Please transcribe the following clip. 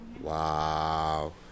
Wow